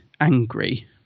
angry